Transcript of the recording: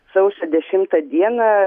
sausio dešimtą dieną